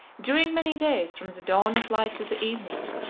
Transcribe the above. during many days, from the dawn of light to the evening,